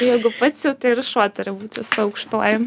jeigu pats jau tai ir šuo turi būti su aukštuoju